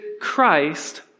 Christ